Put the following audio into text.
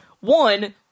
one